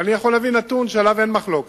אבל אני יכול להביא נתון שעליו אין מחלוקת,